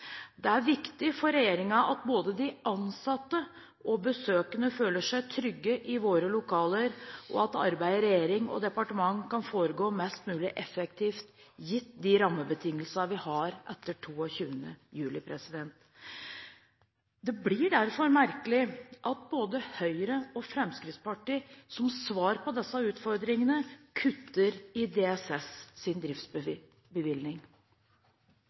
Det er viktig for regjeringen at både ansatte og besøkende føler seg trygge i våre lokaler, og at arbeidet i regjering og departement kan foregå mest mulig effektivt, gitt de rammebetingelsene vi har etter 22. juli. Det blir derfor merkelig at både Høyre og Fremskrittspartiet som svar på disse utfordringene kutter i DSS'